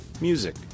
music